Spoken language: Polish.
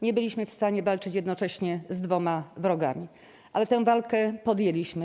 Nie byliśmy w stanie walczyć jednocześnie z dwoma wrogami, ale tę walkę podjęliśmy.